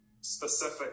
specific